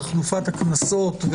תחלופת הכנסות,